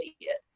idiot